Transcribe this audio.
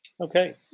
Okay